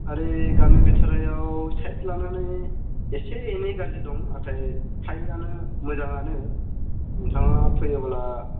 ओरै गामि भिथोरायाव साइद लानानै एसे एनै गाज्रि दं नाथाय फ्रायानो मोजाङानो नोंथाङा फैयोब्ला